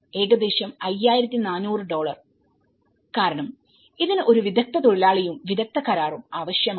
ഏകദേശം 5400 ഡോളർ കാരണം ഇതിന് ഒരു വിദഗ്ദ്ധ തൊഴിലാളിയും വിദഗ്ദ്ധ കരാറും ആവശ്യമാണ്